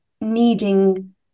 needing